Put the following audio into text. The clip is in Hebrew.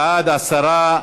לך יותר מדקה.